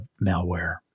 malware